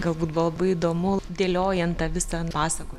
galbūt buvo labai įdomu dėliojant tą visą pasakojimą